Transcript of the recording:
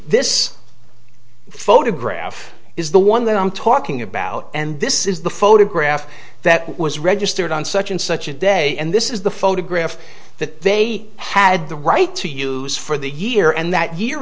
this photograph is the one that i'm talking about and this is the photograph that was registered on such and such a day and this is the photograph that they had the right to use for the year and that y